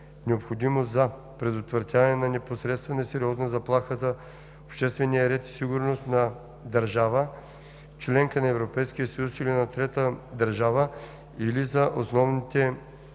необходимо за предотвратяването на непосредствена и сериозна заплаха за обществения ред и сигурност на държава – членка на Европейския съюз, или на трета държава или за основните интереси